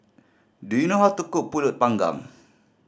do you know how to cook Pulut Panggang